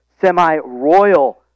semi-royal